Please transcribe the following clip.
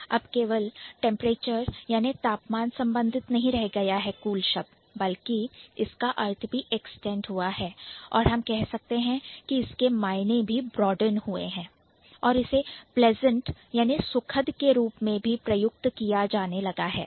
अब कोई शब्द केवल टेंपरेचर अर्थात तापमान संबंधित नहीं रह गया है बल्कि इसका अर्थ भी Extend हुआ है या कह सकते हैं कि इसके मायने भी Broaden हुए हैं और इसे pleasant प्लेसेंट सुखद के रूप में भी प्रयुक्त किया जाने लगा है